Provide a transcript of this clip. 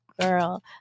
girl